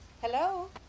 Hello